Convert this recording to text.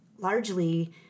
largely